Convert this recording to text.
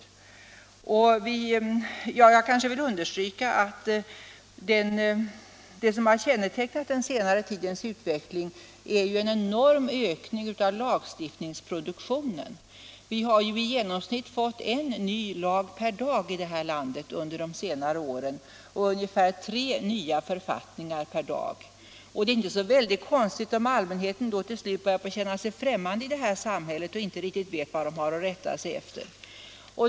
I detta sammanhang vill jag också understryka att vad som har kännetecknat den senaste tidens utveckling är en enorm ökning av lagstiftningsproduktionen. Vi har under de senare åren fått i genomsnitt en ny lag och tre nya författningar per dag i det här landet. Då är det inte så konstigt om allmänheten till slut börjar känna sig främmande i vårt samhälle och om man inte riktigt vet vad man har att rätta sig efter.